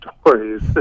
stories